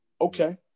Okay